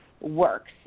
works